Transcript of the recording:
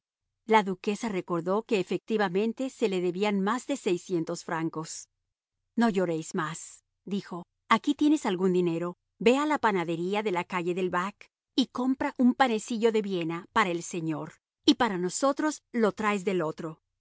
la duquesa recordó que efectivamente se le debían más de francos no llores más dijo aquí tienes algún dinero ve a la panadería de la calle del bac y compra un panecillo de viena para el señor y para nosotros lo traes del otro